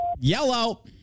Yellow